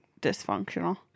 dysfunctional